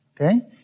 Okay